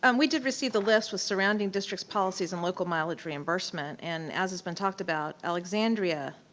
and we did receive the list with surrounding districts, policies, and local mileage reimbursement. and as it's been talked about, alexandria.